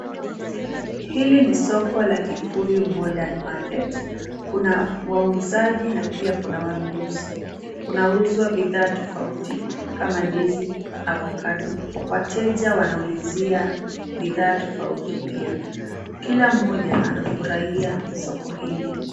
Hili ni soko la Kikuyu Modern Market, kuna wauzaji na pia kuna wanunuzi. Kunauzwa bidhaa tofauti kama ndizi, avocado, wateja wanaulizia bidhaa tofauti pia. Kila mmoja anafurahia soko hili.